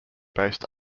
based